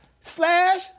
slash